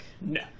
No